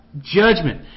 judgment